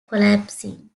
collapsing